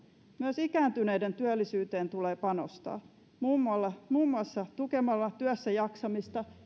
myös ikääntyneiden työllisyyteen tulee panostaa muun muassa tukemalla työssäjaksamista